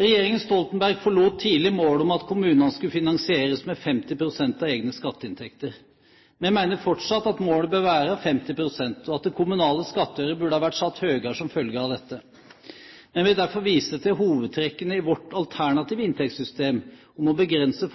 Regjeringen Stoltenberg forlot tidlig målet om at kommunene skulle finansieres med 50 pst. av egne skatteinntekter. Vi mener fortsatt at målet bør være 50 pst., og at den kommunale skattøren burde ha vært satt høyere som følge av dette. Vi vil derfor vise til hovedtrekkene i vårt alternative inntektssystem om å begrense